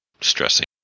Stressing